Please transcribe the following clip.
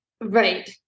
right